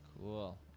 Cool